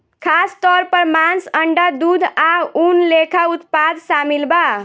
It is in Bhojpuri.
खासतौर पर मांस, अंडा, दूध आ ऊन लेखा उत्पाद शामिल बा